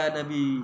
Nabi